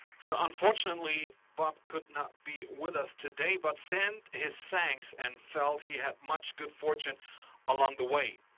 so, unfortunately, bob could not be with us today, but sent his thanks and felt he had much good fortune along the way.